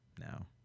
now